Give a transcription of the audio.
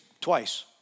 twice